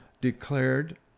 declared